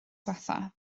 ddiwethaf